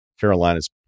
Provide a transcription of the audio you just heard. Carolina's